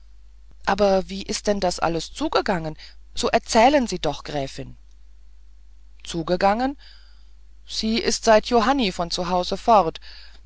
aber wie ist denn das alles zugegangen so erzählen sie doch gräfin zugegangen sie ist seit johanni von zu hause fort